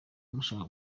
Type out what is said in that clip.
mubasha